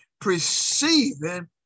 perceiving